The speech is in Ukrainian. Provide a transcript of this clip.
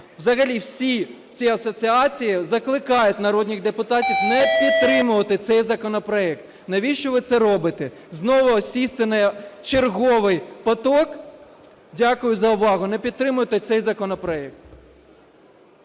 взагалі всі ці асоціації закликають народних депутатів не підтримувати цей законопроект. Навіщо ви це робите? Знову сісти на черговий поток? Дякую за увагу. Не підтримуйте цей законопроект.